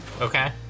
okay